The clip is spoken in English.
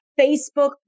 Facebook